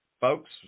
folks